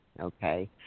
okay